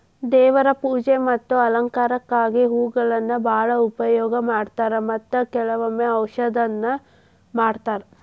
ದೇವ್ರ ಪೂಜೆ ಮತ್ತ ಅಲಂಕಾರಕ್ಕಾಗಿ ಹೂಗಳನ್ನಾ ಬಾಳ ಉಪಯೋಗ ಮಾಡತಾರ ಮತ್ತ ಕೆಲ್ವ ಔಷಧನು ಮಾಡತಾರ